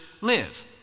live